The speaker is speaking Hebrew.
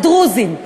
הדרוזים,